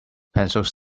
pencils